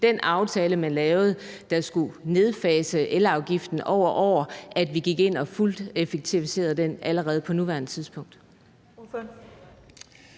Den aftale, man lavede, der skulle nedfase elafgiften over år, går vi ind og effektuerer fuldt ud allerede på nuværende tidspunkt?